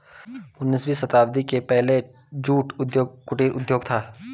उन्नीसवीं शताब्दी के पहले जूट उद्योग कुटीर उद्योग था